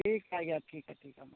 ᱴᱷᱤᱠᱟ ᱜᱮᱭᱟ ᱴᱷᱤᱠᱟ ᱴᱷᱤᱠᱟ ᱢᱟ